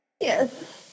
Yes